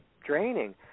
draining